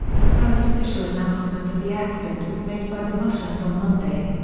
the first official announcement of the accident was made by the russians on monday.